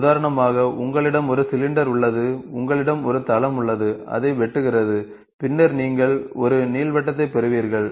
உதாரணமாக உங்களிடம் ஒரு சிலிண்டர் உள்ளது உங்களிடம் ஒரு தளம் உள்ளது அதை வெட்டுகிறது பின்னர் நீங்கள் ஒரு நீள்வட்டத்தைப் பெறுவீர்கள்